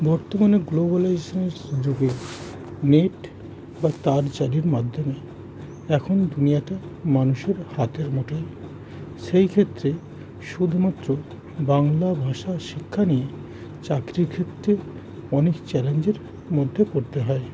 বর্তমানে গ্লোবোলাইজেশনের যুগে নেট বা তার জালির মাধ্যমে এখন দুনিয়াটা মানুষের হাতের মোটে সেই ক্ষেত্রে শুধুমাত্র বাংলা ভাষা শিক্ষা নিয়ে চাকরির ক্ষেত্রে অনেক চ্যালেঞ্জের মধ্যে পড়তে হয়